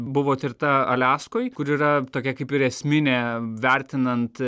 buvo tirta aliaskoj kur yra tokia kaip ir esminė vertinant